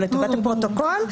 אבל לטובת הפרוטוקול,